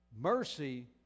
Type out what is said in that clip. Mercy